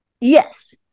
Yes